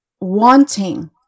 wanting